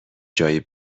جای